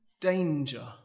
danger